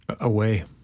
Away